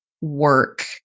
work